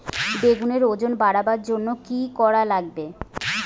বেগুনের ওজন বাড়াবার জইন্যে কি কি করা লাগবে?